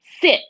Sit